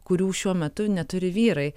kurių šiuo metu neturi vyrai